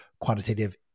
Quantitative